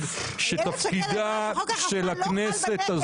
איילת שקד אמרה שחוק החשמל לא חל ב-...